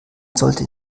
sollte